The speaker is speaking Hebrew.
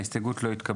0 ההסתייגות לא התקבלה.